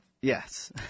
Yes